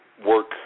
work